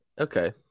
okay